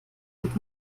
gut